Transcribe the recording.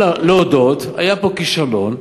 להודות: היה פה כישלון,